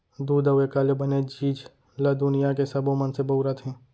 दूद अउ एकर ले बने चीज ल दुनियां के सबो मनसे बउरत हें